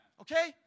Okay